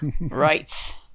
right